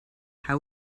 how